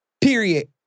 period